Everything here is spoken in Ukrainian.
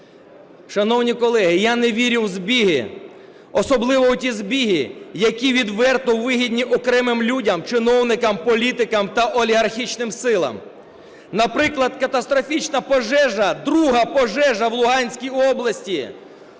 Шановні колеги, я не вірю в збіги, особливо у ті збіги, які відверто вигідні окремим людям, чиновникам, політикам та олігархічним силам. Наприклад катастрофічна пожежа, друга пожежа в Луганській області,